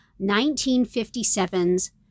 1957's